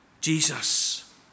Jesus